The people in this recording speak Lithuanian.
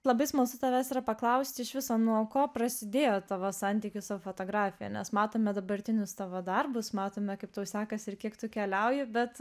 labai smalsu tavęs yra paklaust iš viso nuo ko prasidėjo tavo santykis su fotografija nes matome dabartinius tavo darbus matome kaip tau sekasi ir kiek tu keliauji bet